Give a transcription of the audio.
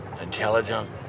intelligent